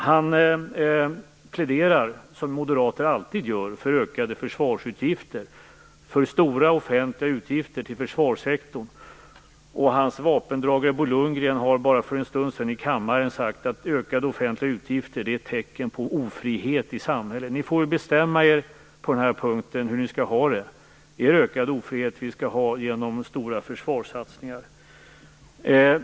Han pläderar, som moderater alltid gör, för stora offentliga utgifter till försvarssektorn, och hans vapendragare Bo Lundgren har bara för en stund sedan i kammaren sagt att ökade offentliga utgifter är tecken på en ofrihet i samhället. Ni får på den här punkten bestämma er för hur ni skall ha det. Skall vi ha ökad ofrihet genom stora försvarssatsningar?